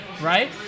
Right